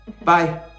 Bye